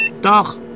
Doch